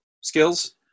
skills